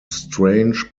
strange